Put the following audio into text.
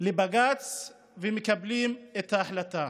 לבג"ץ ומקבלים את ההחלטה.